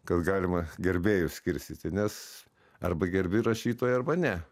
kad galima gerbėjus skirstyti nes arba gerbi rašytoją arba ne